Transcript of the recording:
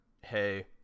hey